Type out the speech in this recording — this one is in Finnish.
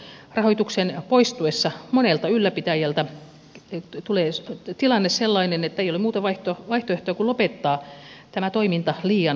kun rahoitus poistuu monelta ylläpitäjältä tulee sellainen tilanne että ei ole muuta vaihtoehtoa kuin lopettaa tämä toiminta liian kalliina